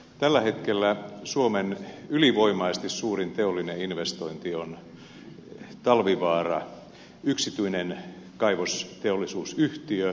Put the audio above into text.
tällä hetkellä suomen ylivoimaisesti suurin teollinen investointi on talvivaara yksityinen kaivosteollisuusyhtiö